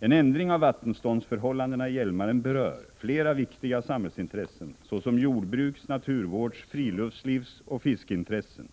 En ändring av vattenståndsförhållandena i Hjälmaren berör flera viktiga samhällsintressen såsom jordbruks-, naturvårds-, friluftslivsoch fiskeintressen.